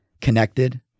connected